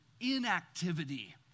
inactivity